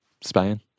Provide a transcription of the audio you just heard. Spain